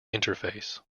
interface